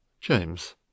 James